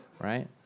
right